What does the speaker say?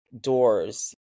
doors